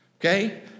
okay